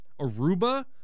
Aruba